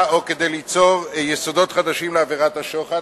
או ליצור יסודות חדשים לעבירת השוחד,